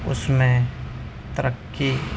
اس میں ترقی